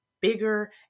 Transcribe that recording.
bigger